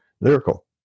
lyrical